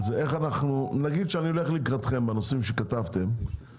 נגיד שאני הולך לקראתכם בנושאים שכתבתם,